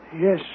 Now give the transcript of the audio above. Yes